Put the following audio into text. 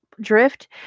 drift